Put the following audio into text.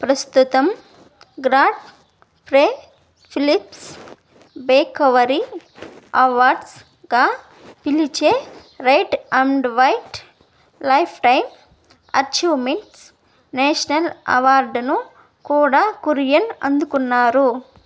ప్రస్తుతం Godfrey Phillips bravery అవార్డ్స్గా పిలిచే red and white lifetime achievements national అవార్డును కూడా కురియన్ అందుకున్నారు